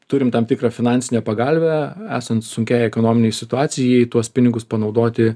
turim tam tikrą finansinę pagalvę esant sunkiai ekonominei situacijai tuos pinigus panaudoti